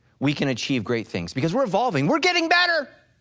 we can achieve great things because we're evolving, we're getting better.